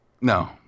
No